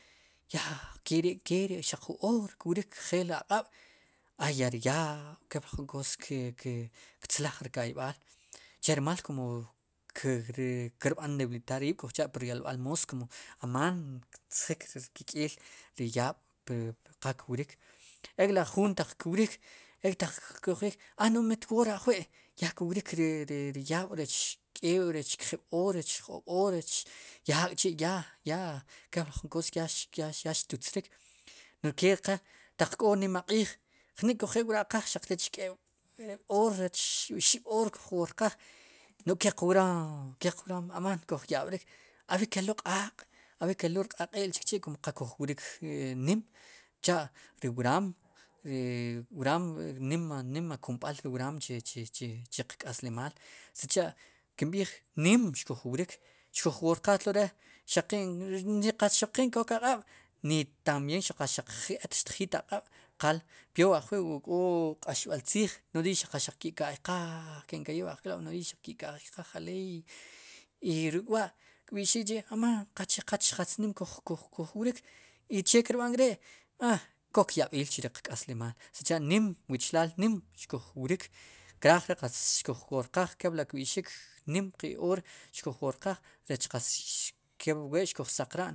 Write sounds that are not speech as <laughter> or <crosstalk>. Ya ke ri' keri xaq jun oor kwrik njeel aq'b' a ya ri yaab' kepli jun koos ktzaj rka'ib'al che rmal kumo kir b'an deb'litar riib' kujcha' pur yolb'al moos amaan ktzjik ri k'ik'el ri yaab' qal kwrik e la jun taq kwrik a taq kuj eek a no'j mit woor ajwi' ya krik ri yaab' rech ke'b oor, rech oxib' oor, rech kjib, oor yak'chi ya ya <hesitation> kepli jun koos ya yax <hesitation> xtutzrik no'j ke qe taq k'o nima q'iij jnik'kuj ewooraqaaj xaq rech keb' oor oxiib' oor kuj worqaaj no'j kel qroom, kel qroom aman kuj yab'rik ab'i kelul q'aq' kelul rq'aq'il chikchi' kuj wrik nim cha'ri wraam nim nima kumb'al re wraam chi chi chi <hesitation> qk'aslimaal sicha'kimb'iij nim xkuj wruk xkuj woor qaaj tlore xaqin kook aq'aab' ni tambien xaq eet xtjiik aq'ab' qal peor ajwi' k'o qáxb'al tziij rii xaq ki'kaiqaaj kinka'yij wa ajk'lob' nodiiy ki' ka'yqaaj aleey i ruk' wa' kb'i'xik k'. chi' i ruk'wa' kb'ixik k'chi' amaan qach qatz nim kuj wrik i che kirb'an k'ri' kok yab'iil chu ri qk'aslimaal sicha nim wichilaal nim xkuj wrik kraaj re qatz xkuj woorqaaj kepli kb'i'xik nim qe oor xkuj woorqaaj rech qatz kep wuwe xkuj saqran.